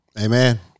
Amen